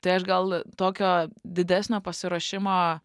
tai aš gal tokio didesnio pasiruošimo